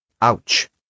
Ouch